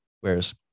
whereas